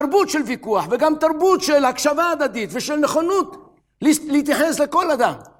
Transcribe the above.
תרבות של ויכוח וגם תרבות של הקשבה הדדית ושל נכונות להתייחס לכל אדם.